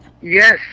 Yes